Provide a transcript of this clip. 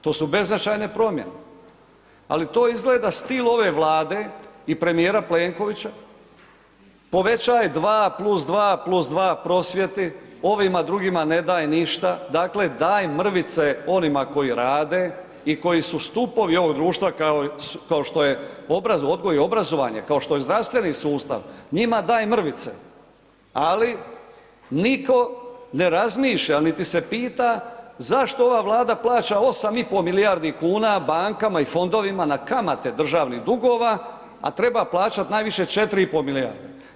To su beznačajne promjene ali to izgleda stil ove Vlade i premijera Plenkovića, povećaj 2+2+2 prosvjeti, ovima drugima ne daj ništa, dakle daj mrvice onima koji rade i koji su stupovi ovog društva kao što je odgoj i obrazovanje, kao što je zdravstveni sustav, njima daj mrvice ali nitko ne razmišlja niti se pita zašto ova Vlada plaća 8,5 milijardi kuna bankama i fondovima na kamate državnih dugova a treba plaćati najviše 4,5 milijarde.